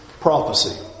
prophecy